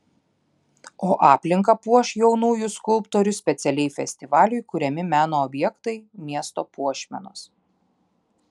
o aplinką puoš jaunųjų skulptorių specialiai festivaliui kuriami meno objektai miesto puošmenos